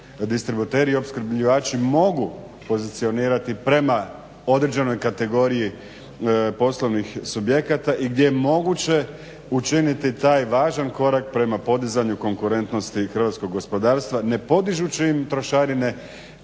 distributeri i opskrbljivači mogu pozicionirati prema određenoj kategoriji poslovnih subjekata i gdje je moguće učiniti taj važan korak prema podizanju konkurentnosti hrvatskog gospodarstva ne podižući im trošarine